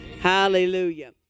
Hallelujah